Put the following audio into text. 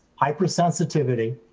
hypersensitivity,